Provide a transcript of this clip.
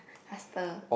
faster